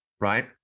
right